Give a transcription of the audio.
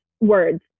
words